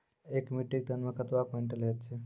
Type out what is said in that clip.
एक metric ton मे कतवा क्वींटल हैत छै?